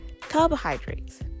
Carbohydrates